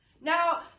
Now